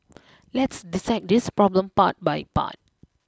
let's dissect this problem part by part